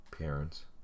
parents